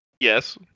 Yes